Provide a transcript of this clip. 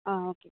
ஆ okay